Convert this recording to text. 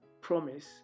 promise